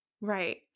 Right